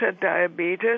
diabetes